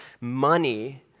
money